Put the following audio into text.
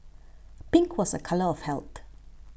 pink was a colour of health